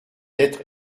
d’être